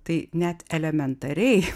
tai net elementariai